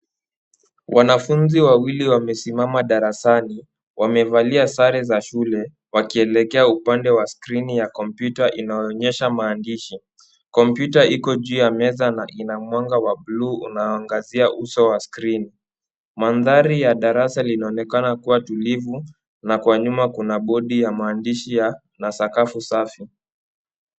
Wanafunzi wawili wamesimama darasani, wamevalia sare za shule, wakielekea upande wa skrini ya kompyuta inayoonyesha maandishi. Kompyuta iko juu ya meza na ina mwanga wa bluu unaoangazia uso wa skrini. Mandhari ya darasa linaonekana kuwa tulivu na kwa nyuma kuna bodi ya maandishi na sakafu safi.